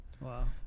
Wow